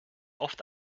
oft